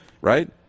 Right